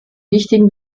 wichtigen